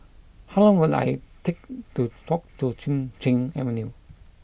how long will it lie take to walk to Chin Cheng Avenue